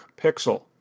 Pixel